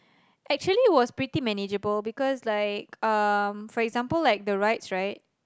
actually it was pretty manageable because like um for example the rides right